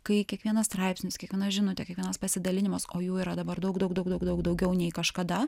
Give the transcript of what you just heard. kai kiekvienas straipsnis kiekviena žinutė kiekvienas pasidalinimas o jų yra dabar daug daug daug daug daug daugiau nei kažkada